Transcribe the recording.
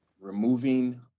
removing